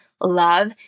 love